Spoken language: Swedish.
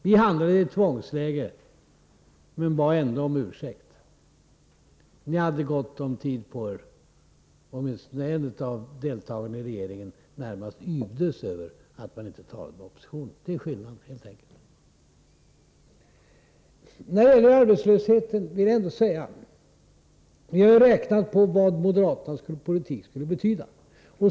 Vi hamnade i ett tvångsläge men bad ändå om ursäkt, medan ni hade gott om tid på er — åtminstone en av deltagarna i regeringen närmast yvdes över att man inte talade med oppositionen. Det är skillnaden, helt enkelt. När det gäller arbetslösheten vill jag säga: Vi har räknat på vad moderaternas politik skulle betyda.